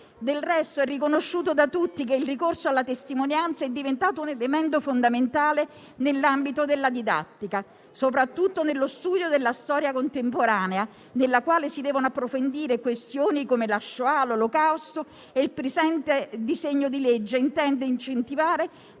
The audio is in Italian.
Del resto, è riconosciuto da tutti che il ricorso alla testimonianza è diventato un elemento fondamentale nell'ambito della didattica, soprattutto nello studio della storia contemporanea, nella quale si devono approfondire questioni come la *shoah* e l'Olocausto. Il presente disegno di legge intende incentivare